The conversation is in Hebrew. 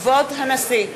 כבוד הנשיא!